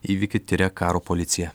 įvykį tiria karo policija